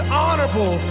honorable